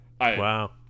Wow